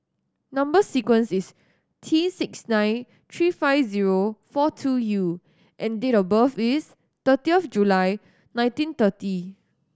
number sequence is T six nine three five zero four two U and date of birth is thirty of July nineteen thirty